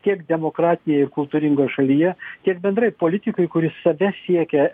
tiek demokratijai kultūringoj šalyje tiek bendrai politikai kuris save siekia